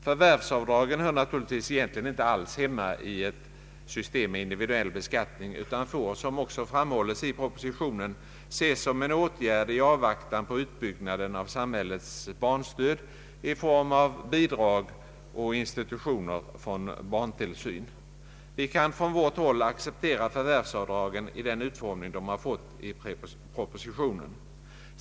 Förvärvsavdragen hör = naturligtvis inte alls hemma i ett system med individuell beskattning utan får — som också framhålles i propositionen — ses som en åtgärd i avvaktan på utbyggnaden av samhällets barnstöd i form av bidrag och institutioner för barntillsyn. Vi kan från vårt håll acceptera förvärvsavdragen i den utformning de fått 1 propositionen.